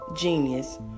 genius